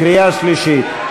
קריאה שלישית.